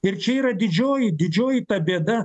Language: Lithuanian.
ir čia yra didžioji didžioji ta bėda